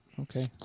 Okay